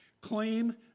claim